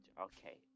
Okay